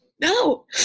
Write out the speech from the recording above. No